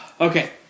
Okay